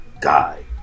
guy